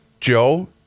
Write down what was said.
Joe